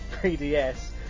3DS